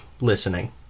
listening